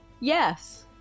yes